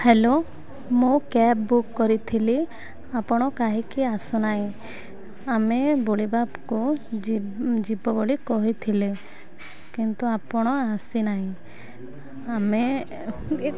hello ମୁଁ cab book କରିଥିଲି ଆପଣ କାହିଁକି ଆସୁନାହିଁ ଆମେ ବୁଲିବାକୁ ଯିବ ବୋଲି କହିଥିଲେ କିନ୍ତୁ ଆପଣ ଆସିନାହିଁ ଆମେ